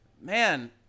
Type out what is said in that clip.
man